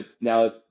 now